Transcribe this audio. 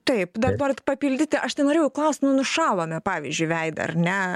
taip dabart papildyti aš tenorėjau klausimo nušalome pavyzdžiui veidą ar ne